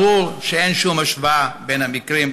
ברור שאין שום השוואה בין המקרים,